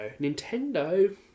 Nintendo